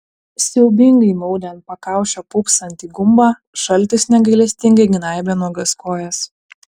siaubingai maudė ant pakaušio pūpsantį gumbą šaltis negailestingai gnaibė nuogas kojas